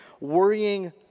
Worrying